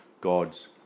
God's